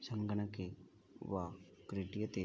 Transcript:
सङ्गणके वा क्रीड्यते